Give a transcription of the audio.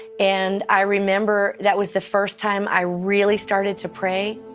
and i remember, that was the first time i really started to pray,